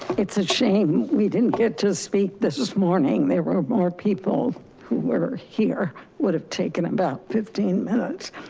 it's a shame we didn't get to speak this this morning. there were more people who were here would have taken about fifteen minutes.